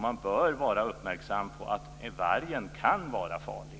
Man bör vara uppmärksam på att vargen kan vara farlig.